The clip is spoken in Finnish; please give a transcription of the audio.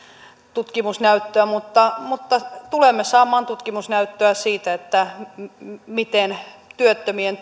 tutkimusnäyttöä mutta mutta tulemme saamaan tutkimusnäyttöä siitä miten työttömien